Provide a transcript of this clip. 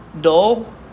dull